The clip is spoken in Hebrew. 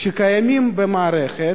שקיימים במערכת,